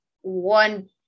one